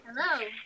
Hello